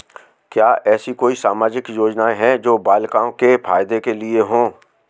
क्या ऐसी कोई सामाजिक योजनाएँ हैं जो बालिकाओं के फ़ायदे के लिए हों?